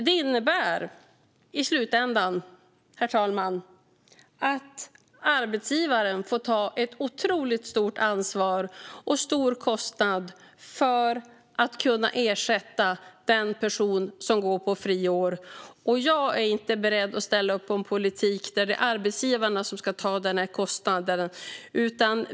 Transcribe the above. Det innebär i slutändan, herr talman, att arbetsgivare får ta ett otroligt stort ansvar till en stor kostnad för att kunna ersätta den person som går på friår. Jag är inte beredd att ställa upp på en politik där det är arbetsgivarna som ska ta den här kostnaden.